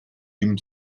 ihm